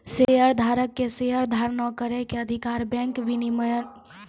शेयरधारक के शेयर धारण करै के अधिकार बैंक विनियमन के द्वारा देलो जाय छै